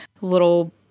little